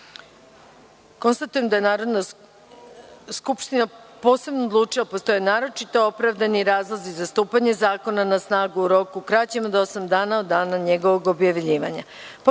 predlog. Konstatujem da je Narodna skupština posebno odlučila da postoje naročito opravdani razlozi za stupanje zakona na snagu u roku kraćem od osam dana od dana njegovog objavljivanja. Pošto